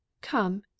come